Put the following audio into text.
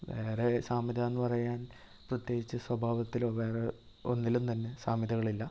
വേറെ സാമ്യതാന്ന് പറയാൻ പ്രത്യേകിച്ച് സ്വഭാവത്തിലോ വേറെ ഒന്നിലും തന്നെ സാമ്യതകളില്ല